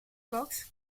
box